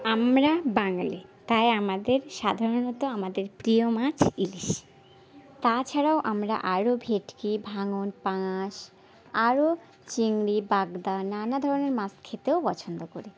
আমরা বাঙালি তাই আমাদের সাধারণত আমাদের প্রিয় মাছ ইলিশ তাছাড়াও আমরা আরও ভেটকি ভাঙন পাঙাশ আরও চিংড়ি বাগদা নানা ধরনের মাছ খেতেও পছন্দ করি